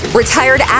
retired